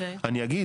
אני אגיד,